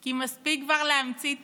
כי מספיק כבר להמציא תיקים,